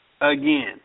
again